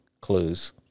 clues